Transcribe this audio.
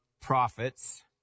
prophets